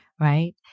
right